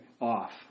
off